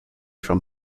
from